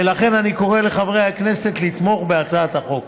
ולכן אני קורא לחברי הכנסת לתמוך בהצעת החוק.